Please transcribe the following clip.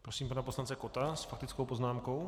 Prosím pana poslance Kotta s faktickou poznámkou.